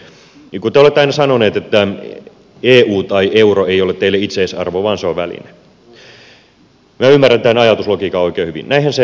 kun te olette aina sanonut että eu tai euro ei ole teille itseisarvo vaan se on väline minä ymmärrän tämän ajatuslogiikan oikein hyvin näinhän se on